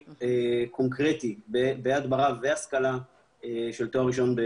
אנחנו דווקא קיבלנו הערות מסוג הפוך שאומר שהתנאי שלנו מחמיר